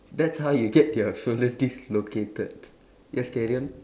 that's how you get your shoulders dislocated let's carry on